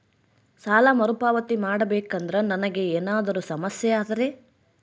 ಸಾಲ ಮರುಪಾವತಿ ಮಾಡಬೇಕಂದ್ರ ನನಗೆ ಏನಾದರೂ ಸಮಸ್ಯೆ ಆದರೆ?